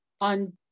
on